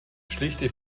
schlichte